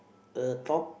a top